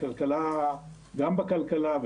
גם בכלכלה,